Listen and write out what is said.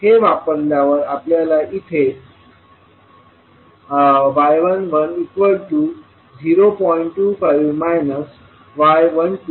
हे वापरल्यावर आपल्याला इथे y11 0